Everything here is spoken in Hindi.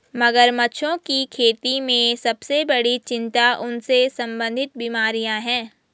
मगरमच्छों की खेती में सबसे बड़ी चिंता उनसे संबंधित बीमारियां हैं?